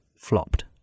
Flopped